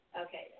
Okay